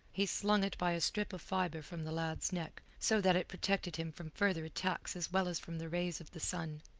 he slung it by a strip of fibre from the lad's neck, so that it protected him from further attacks as well as from the rays of the sun.